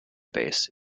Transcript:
base